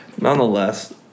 nonetheless